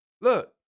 Look